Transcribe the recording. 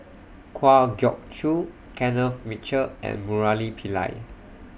Kwa Geok Choo Kenneth Mitchell and Murali Pillai